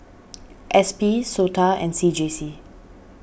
S P Sota and C J C